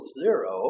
zero